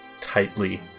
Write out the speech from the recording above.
tightly